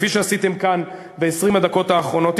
כפי שעשיתם כאן ב-20 הדקות האחרונות,